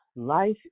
life